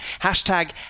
hashtag